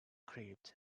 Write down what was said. crypt